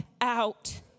out